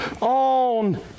on